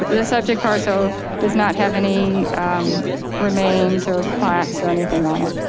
but the subject parcel does not have any remains or plaques or anything on it,